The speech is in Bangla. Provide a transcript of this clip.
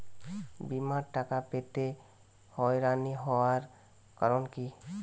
বিমার টাকা পেতে হয়রানি হওয়ার কারণ কি?